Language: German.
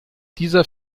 dieser